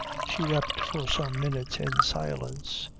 she wept for some minutes in silence.